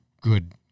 good